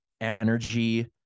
energy